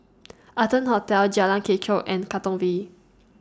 Arton Hotel Jalan Kechot and Katong V